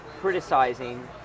criticizing